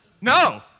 No